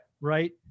Right